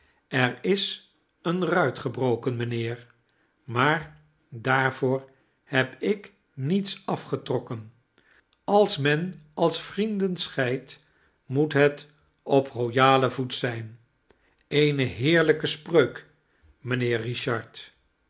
er is eene ruit gebroken mijnheer maar daarvoor heb ik niets afgetrokken als men als vrienden scheidt moet het op royalen voet zijn eene heerlijke spreuk mijnheer richard